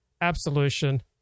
absolution